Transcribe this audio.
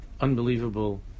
unbelievable